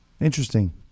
Interesting